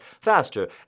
Faster